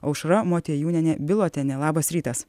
aušra motiejūnienė bilotienė labas rytas